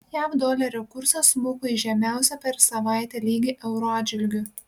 jav dolerio kursas smuko į žemiausią per savaitę lygį euro atžvilgiu